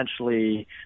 essentially